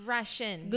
Russian